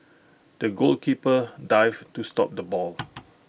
the goalkeeper dived to stop the ball